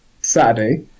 Saturday